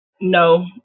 No